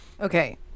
okay